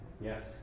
Yes